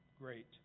Great